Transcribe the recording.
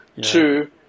Two